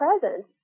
present